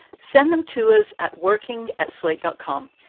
send them to us at working at slate dot com.